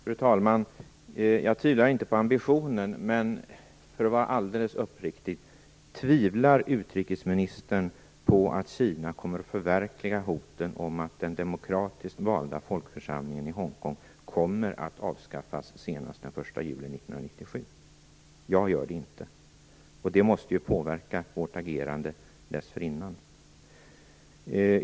Fru talman! Jag tvivlar inte på ambitionen. Men - för att vara alldeles uppriktig - tvivlar utrikesministern på att Kina kommer att förverkliga hoten om att den demokratiskt valda folkförsamlingen i Hongkong kommer att avskaffas senast den 1 juli 1997? Jag gör det inte? Det måste ju påverka vårt agerande dessförinnan.